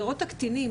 הקטינים,